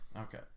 Okay